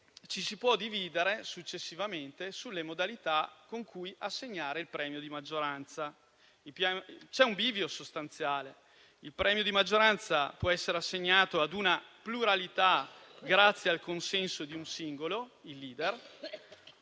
ci si può dividere successivamente sulle modalità con cui assegnare il premio di maggioranza. C'è un bivio sostanziale: il premio di maggioranza può essere assegnato ad una pluralità grazie al consenso di un singolo, il *leader*,